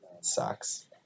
Sucks